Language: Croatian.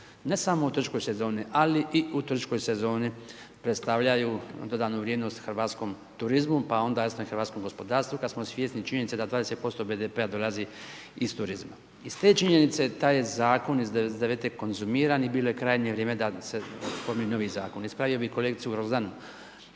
ne samo u otočkoj sezoni, ali i u turističkoj sezoni predstavljaju dodanu vrijednost hrvatskom turizmu, pa onda jasno i hrvatskom gospodarstvu kad smo svjesni činjenice da 20% BDP-a dolazi iz turizma. Iz te činjenice taj je Zakon iz 1999. konzumiran i bilo je krajnje vrijeme da se .../Govornik se ne razumije./... novi Zakon. Ispravio bih kolegicu Grozdanu.